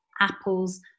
apples